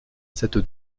cette